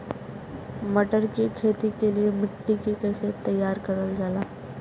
मटर की खेती के लिए मिट्टी के कैसे तैयार करल जाला?